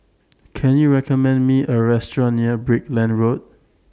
Can YOU recommend Me A Restaurant near Brickland Road